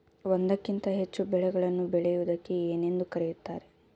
ಒಂದಕ್ಕಿಂತ ಹೆಚ್ಚು ಬೆಳೆಗಳನ್ನು ಬೆಳೆಯುವುದಕ್ಕೆ ಏನೆಂದು ಕರೆಯುತ್ತಾರೆ?